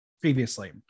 previously